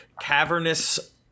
cavernous